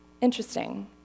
Interesting